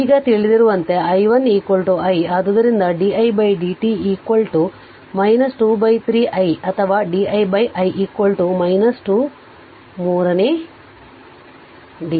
ಆದ್ದರಿಂದ ಈಗ ತಿಳಿದಿರುವಂತೆ i1 i ಆದ್ದರಿಂದ di dt 23 i ಅಥವಾ di I 2 ಮೂರನೇ dt